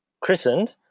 christened